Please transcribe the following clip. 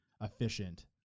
efficient